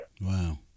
Wow